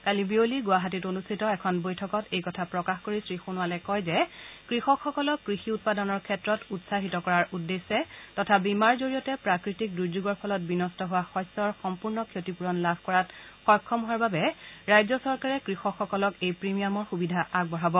কালি বিয়লি গুৱাহাটীত অনুষ্ঠিত এখন বৈঠকত এই কথা প্ৰকাশ কৰি শ্ৰীসোণোৱালে কয় যে কৃষকসকলক কৃষি উৎপাদনৰ ক্ষেত্ৰত উৎসাহিত কৰাৰ উদ্দেশ্য তথা বীমাৰ জৰিয়তে প্ৰাকৃতিক দুৰ্যেগৰ ফলত বিন্ট হোৱা শষ্যৰ সম্পূৰ্ণ ক্ষতিপূৰণ লাভ কৰাত সক্ষম হোৱাৰ বাবে ৰাজ্য চৰকাৰে কৃষকসকলক এই প্ৰিমিয়ামৰ সুবিধা আগবঢ়াব